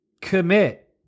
Commit